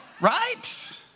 Right